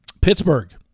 Pittsburgh